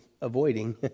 avoiding